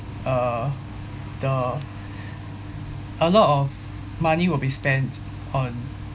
uh the a lot of money will be spent on